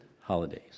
holidays